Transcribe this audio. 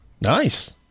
Nice